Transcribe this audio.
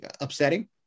upsetting